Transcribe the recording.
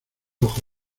ojo